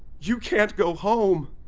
you can't go home.